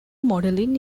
modeling